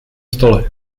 stole